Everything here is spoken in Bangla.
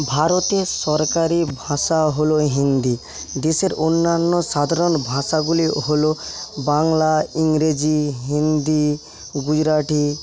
ভারতের সরকারি ভাষা হল হিন্দি দেশের অন্যান্য সাধারণ ভাষাগুলি হল বাংলা ইংরেজি হিন্দি গুজরাটি